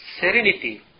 serenity